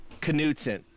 Knutson